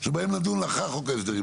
שבהם נדון לאחר חוק ההסדרים,